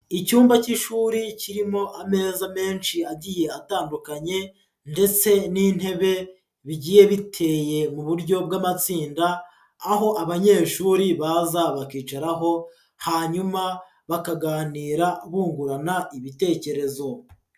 Icyumba cy'ishuri kirimo ameza menshi agiye atandukanye, ndetse n'intebe bigiye biteye mu buryo bw'amatsinda, aho abanyeshuri baza bakicaraho hanyuma bakaganira bungurana ibitekerezo.